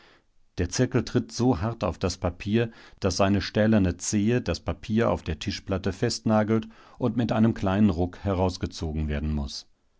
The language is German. der zirkel tritt so hart auf das papier daß seine stählerne zehe das papier auf der tischplatte festnagelt und mit einem kleinen ruck herausgezogen werden muß